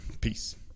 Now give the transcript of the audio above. peace